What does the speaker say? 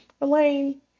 Elaine